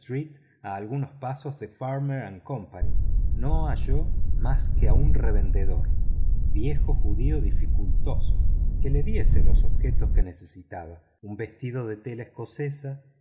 algunos pasos de farmer y cía no halló más que a un revendedor viejo judío dificultoso que le diese los objetos que necesitaba un vestido de tela escocesa